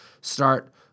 start